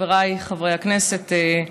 חברותיי וחבריי חברי הכנסת,